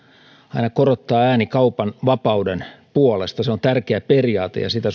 aina korottaa ääni kaupan vapauden puolesta se on tärkeä periaate ja sitä